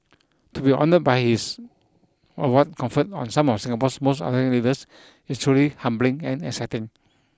to be honoured by his award conferred on some of Singapore's most outstanding leaders is truly humbling and exciting